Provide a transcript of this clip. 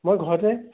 মই ঘৰতে